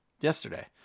Yesterday